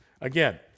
again